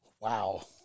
Wow